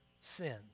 sin